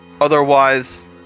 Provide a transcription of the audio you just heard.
Otherwise